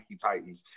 Titans